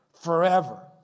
forever